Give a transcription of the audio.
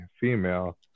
female